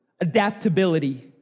adaptability